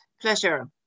pleasure